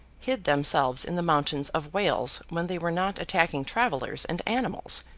hid themselves in the mountains of wales when they were not attacking travellers and animals,